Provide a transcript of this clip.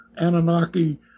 Anunnaki